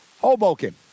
Hoboken